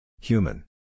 Human